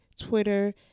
Twitter